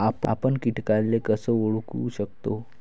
आपन कीटकाले कस ओळखू शकतो?